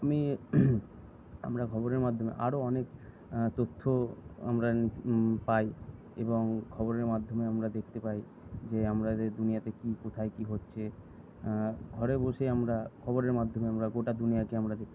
আমি আমরা খবরের মাধ্যমে আরও অনেক তথ্য আমরা পাই এবং খবরের মাধ্যমে আমরা দেখতে পাই যে আমরা যে দুনিয়াতে কি কোথায় কি হচ্ছে ঘরে বসেই আমরা খবরের মাধ্যমে আমরা গোটা দুনিয়াকে আমরা দেখতে পারি